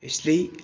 ਇਸ ਲਈ